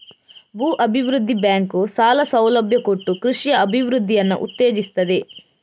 ಭೂ ಅಭಿವೃದ್ಧಿ ಬ್ಯಾಂಕು ಸಾಲ ಸೌಲಭ್ಯ ಕೊಟ್ಟು ಕೃಷಿಯ ಅಭಿವೃದ್ಧಿಯನ್ನ ಉತ್ತೇಜಿಸ್ತದೆ